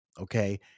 okay